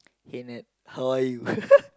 hey Nat how are you